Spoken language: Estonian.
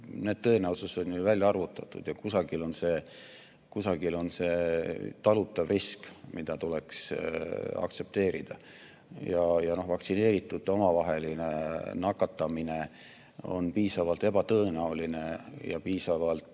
need tõenäosused on ju välja arvutatud. Kusagil on see talutav risk, mida tuleks aktsepteerida. Vaktsineeritute omavaheline nakatumine on piisavalt ebatõenäoline ja piisavalt